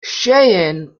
cheyenne